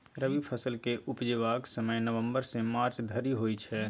रबी फसल केँ उपजेबाक समय नबंबर सँ मार्च धरि होइ छै